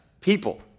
people